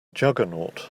juggernaut